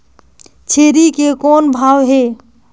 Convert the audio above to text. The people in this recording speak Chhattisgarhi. छेरी के कौन भाव हे?